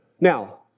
Now